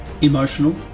emotional